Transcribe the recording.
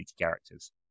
characters